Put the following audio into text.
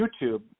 YouTube